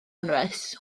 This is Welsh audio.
anwes